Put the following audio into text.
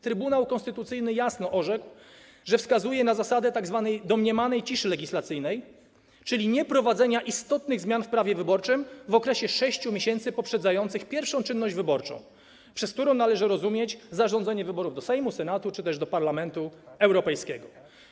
Trybunał Konstytucyjny jasno orzekł, wskazał na zasadę tzw. domniemanej ciszy legislacyjnej, czyli zasadę niewprowadzania istotnych zmian w prawie wyborczym w okresie 6 miesięcy poprzedzających pierwszą czynność wyborczą, przez którą należy rozumieć zarządzenie wyborów do Sejmu, Senatu, czy też Parlamentu Europejskiego.